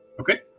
Okay